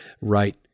right